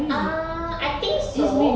ah I think so